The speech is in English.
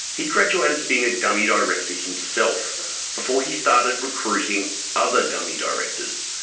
he graduated to being a dummy director himself before he started recruiting other dummy directors.